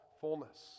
fullness